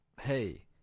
Hey